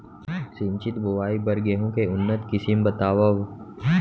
सिंचित बोआई बर गेहूँ के उन्नत किसिम बतावव?